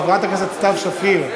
חברת הכנסת סתיו שפיר.